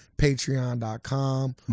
patreon.com